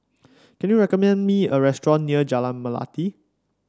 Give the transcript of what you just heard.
can you recommend me a restaurant near Jalan Melati